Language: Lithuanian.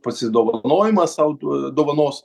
pasidovanojimas sau dovanos